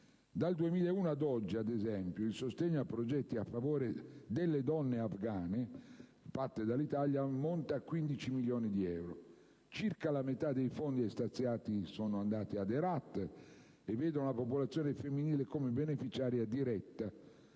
dal 2001 ad oggi il sostegno a progetti a favore delle donne afghane da parte dell'Italia ammonta a 15 milioni di euro. Circa la metà dei fondi stanziati sono andati ad Herat e vedono la popolazione femminile come beneficiaria diretta